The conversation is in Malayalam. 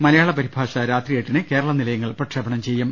മലയാള പരിഭാഷ രാത്രി എട്ടിന് കേരള നിലയങ്ങൾ പ്രക്ഷേപണം ചെയ്യും